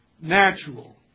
natural